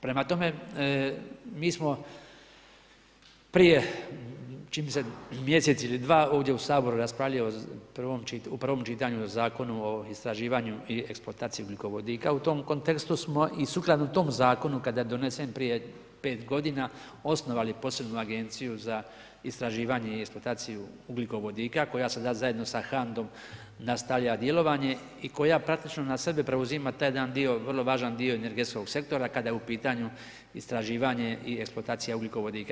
Prema tome, mi smo prije, čini mi se mjesec ili dva ovdje u Saboru raspravljali u prvom čitanju, o Zakonu o istraživanju i eksploataciji ugljikovodika, u tom kontekstu smo i sukladno tom zakonu, kada je donese prije 5 g. osnovali posebnu agenciju za istraživanje i eksplantaciju ugljikovodika, koja sada zajedno sa HANDOM nastavlja djelovanje i koja praktično na sebe, preuzima taj jedan dio, vrlo važan dio energetskog sektora, kada je u pitanju istraživanje i eksploatacija ugljikovodika.